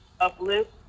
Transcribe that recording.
uplift